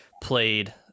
played